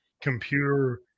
computer